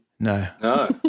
No